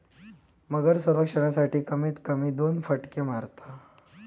मगर संरक्षणासाठी, कमीत कमी दोन फटके मारता